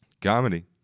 Comedy